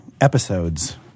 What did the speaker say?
episodes